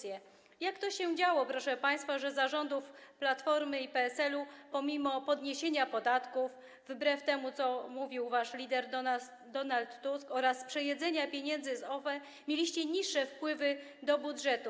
Jak to się działo, proszę państwa, że za rządów Platformy i PSL-u pomimo podniesienia podatków, wbrew temu, co mówił wasz lider Donald Tusk, oraz przejedzenia pieniędzy z OFE mieliście niższe wpływy do budżetu?